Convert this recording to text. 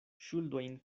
ŝuldojn